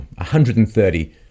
$130